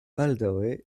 baldaŭe